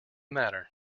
matter